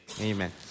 Amen